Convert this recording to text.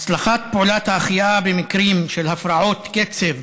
הצלחת פעולת ההחייאה במקרים של הפרעות קצב